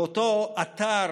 שבאותו אתר